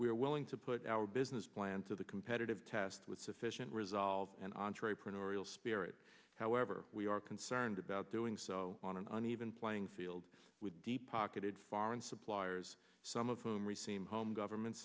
are willing to put our business plan to the competitive test with sufficient resolve and entrepreneurial spirit however we are concerned about doing so on an uneven playing field with deep pocketed foreign suppliers some of whom receive home government